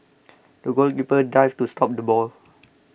the goalkeeper dived to stop the ball